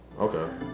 Okay